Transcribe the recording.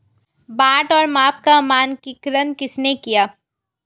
बाट और माप का मानकीकरण किसने किया?